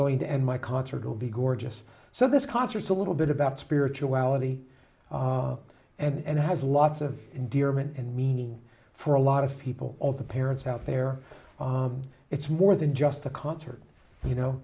going to end my concert will be gorgeous so this concert a little bit about spirituality and has lots of endearment and meaning for a lot of people all the parents out there it's more than just the concert you know